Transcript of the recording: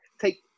take